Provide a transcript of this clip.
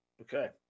Okay